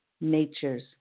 natures